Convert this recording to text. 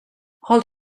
hold